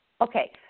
Okay